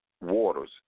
waters